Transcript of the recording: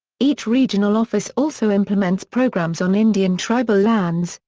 each regional office also implements programs on indian tribal lands,